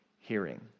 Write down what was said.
hearing